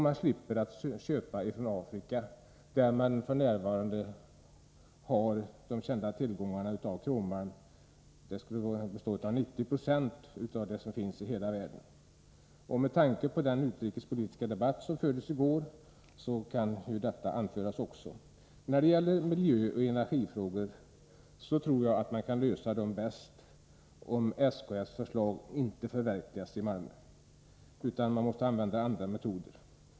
Man slipper köpa krommalm från Afrika, som f.n. har 90 20 av världens krommalmstillgångar. Med tanke på den utrikespolitiska debatten i går kan det vara värt att anföra detta. Jag tror att det bästa sättet att lösa miljöoch energiproblemen är att inte förverkliga SKF:s förslag om en etablering i Malmö. I stället måste man välja andra metoder.